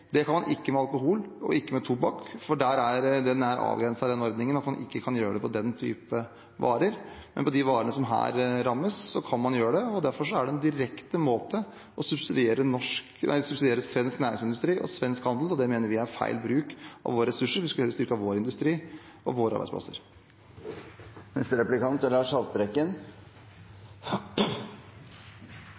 Det kan man ikke med alkohol og ikke med tobakk, for den ordningen er avgrenset, slik at man kan ikke gjøre det med den typen varer. Men på de varene som her rammes, kan man gjøre det, og derfor er dette en direkte måte å subsidiere svensk næringsmiddelindustri og svensk handel på, og det mener vi er feil bruk av våre ressurser. Vi skulle heller ha styrket vår industri og våre arbeidsplasser. Senterpartiet snakker varmt om bioøkonomien. Økt bruk av skogressursene er